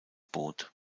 boot